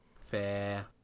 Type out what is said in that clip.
Fair